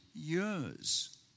years